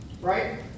Right